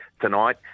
tonight